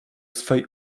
swej